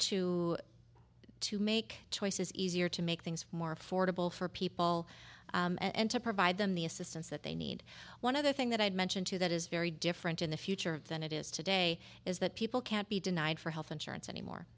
to to make choices easier to make things more affordable for people and to provide them the assistance that they need one other thing that i'd mention to that is very different in the future of than it is today is that people can't be denied for health insurance anymore